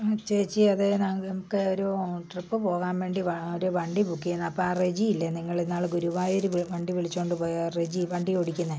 ചേച്ചി അതേ നമുക്ക് ഒരു ട്രിപ്പ് പോകാൻ വേണ്ടി വ ഒരു വണ്ടി ബുക്ക് ചെയ്യണം അപ്പം ആ റെജി ഇല്ലേ നിങ്ങൾ ഇന്നാള് ഗുരുവായൂർ വണ്ടി വിളിച്ചുകൊണ്ട് പോയ റെജി വണ്ടി ഓടിക്കുന്നത്